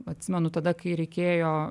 atsimenu tada kai reikėjo